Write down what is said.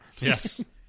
Yes